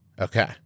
Okay